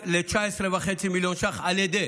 ל-19.5 מיליון ש"ח על ידי